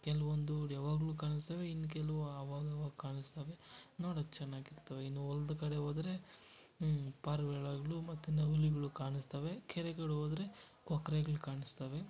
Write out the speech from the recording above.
ಕೆಲವೊಂದು ಯಾವಾಗಲೂ ಕಾಣಿಸ್ತವೆ ಇನ್ನು ಕೆಲವು ಅವಾಗಾವಾಗ ಕಾಣಿಸ್ತವೆ ನೋಡೋಕೆ ಚೆನ್ನಾಗಿರ್ತವೆ ಇನ್ನೂ ಹೊಲ್ದ ಕಡೆ ಹೋದ್ರೆ ಪಾರಿವಾಳಗಳು ಮತ್ತು ನವಿಲುಗಳು ಕಾಣಿಸ್ತವೆ ಕೆರೆ ಕಡೆ ಹೋದ್ರೆ ಕೊಕ್ರೆಗಳು ಕಾಣಿಸ್ತವೆ